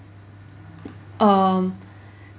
um